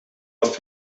aus